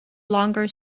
longer